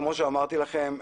כמו שאמרתי לכם,